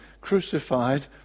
crucified